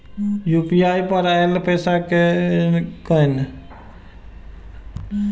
UPI पर आएल पैसा कै कैन?